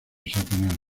satanás